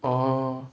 oh